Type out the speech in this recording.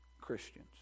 Christians